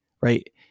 right